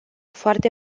foarte